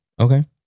okay